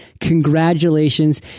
Congratulations